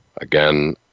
Again